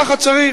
כך צריך.